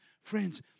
Friends